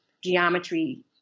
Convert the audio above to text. geometry